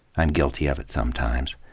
i'm guilty of it sometimes.